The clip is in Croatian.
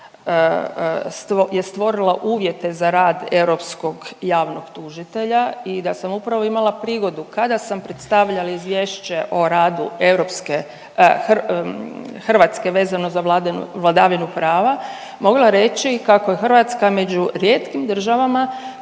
je stvorila uvjete za rad europskog javnog tužitelja. I da sam upravo imala prigodu kada sam predstavljali Izvješće o radu europske, Hrvatske vezano za vladavinu prava mogla reći kako je Hrvatska među rijetkim državama